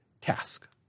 task